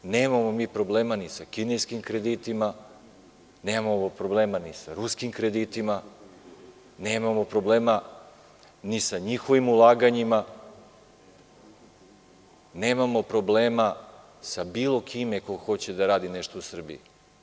Nemamo mi problema ni sa kineskim kreditima, nemamo problema ni sa ruskim kreditima, nemamo problema ni sa njihovim ulaganjima, nemamo problema sa bilo kime ko hoće da radi nešto u Srbiji.